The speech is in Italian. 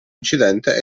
incidente